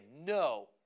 No